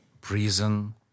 prison